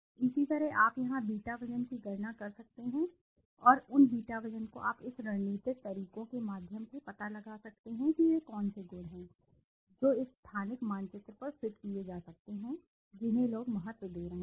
इसी तरह आप यहाँ बीटा वज़न की गणना कर सकते हैं और उन बीटा वज़न को आप इस रणनीतिक तरीकों के माध्यम से पता लगा सकते हैं कि वे कौन से गुण हैं जो इस स्थानिक मानचित्र पर फिट किए जा सकते हैं जिन्हें लोग महत्व दे रहे हैं